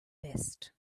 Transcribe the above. best